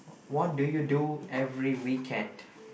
what do you do every weekend